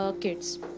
kids